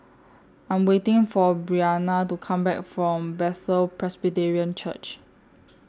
I'm waiting For Brianna to Come Back from Bethel Presbyterian Church